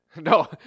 No